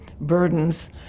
burdens